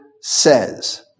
says